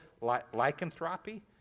lycanthropy